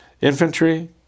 Infantry